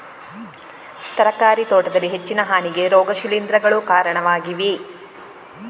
ತರಕಾರಿ ತೋಟದಲ್ಲಿ ಹೆಚ್ಚಿನ ಹಾನಿಗೆ ರೋಗ ಶಿಲೀಂಧ್ರಗಳು ಕಾರಣವಾಗಿವೆ